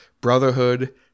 Brotherhood